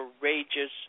Courageous